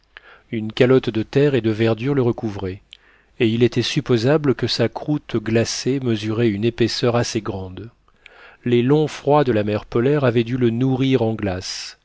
une calotte de terre et de verdure le recouvrait et il était supposable que sa croûte glacée mesurait une épaisseur assez grande les longs froids de la mer polaire avaient dû le nourrir en glace